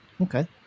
Okay